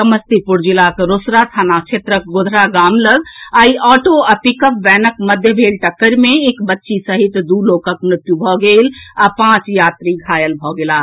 समस्तीपुर जिलाक रोसड़ा थाना क्षेत्रक गोधरा गाम लऽग आइ ऑटो आ पिकअप वैकनक मध्य भेल टक्कर मे एक बच्ची सहित दू लोकक मृत्यु भऽ गेल आ पांच यात्री घायल भऽ गेलाह